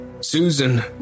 Susan